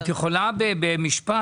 את יכולה במשפט,